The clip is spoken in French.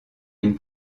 une